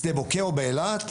בשדה בוקר ובאילת,